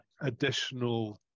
additional